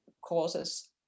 causes